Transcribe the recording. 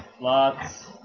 lots